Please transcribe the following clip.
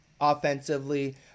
offensively